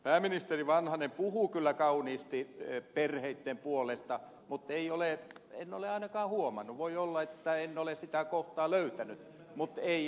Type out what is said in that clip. pääministeri vanhanen puhuu kyllä kauniisti perheitten puolesta mutta en ole ainakaan huomannut voi olla että en ole sitä kohtaa löytänyt mutta